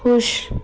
खुश